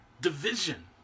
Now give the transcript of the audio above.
division